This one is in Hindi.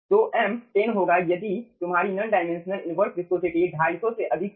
तो m 10 होगा यदि तुम्हारी नॉन डायमेंशनल इनवर्स विस्कोसिटी 250 से अधिक है